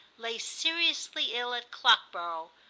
lay seriously ill at clockborough,